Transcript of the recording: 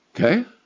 Okay